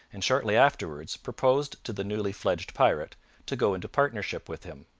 and shortly afterwards proposed to the newly fledged pirate to go into partnership with him.